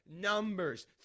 Numbers